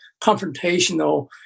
confrontational